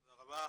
תודה רבה.